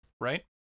right